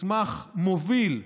מסמך מוביל,